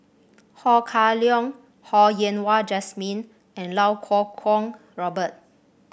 Ho Kah Leong Ho Yen Wah Jesmine and Iau Kuo Kwong Robert